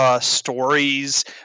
Stories